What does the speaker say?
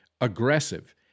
aggressive